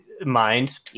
mind